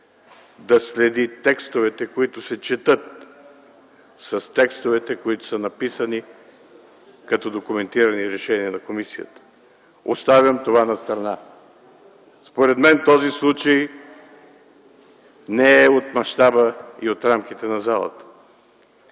да следи текстовете, които се четат, с текстовете, които са написани като документирани решения на комисията. Оставям това настрана! Според мен този случай не е от мащаба и от рамките на залата.